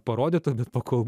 parodyta bet pakol